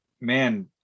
man